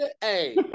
Hey